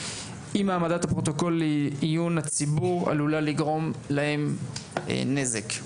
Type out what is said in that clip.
אם העמדת הפרוטוקול לעיון הציבור עלולה לגרום להם נזק.